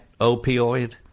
opioid